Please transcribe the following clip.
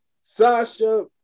Sasha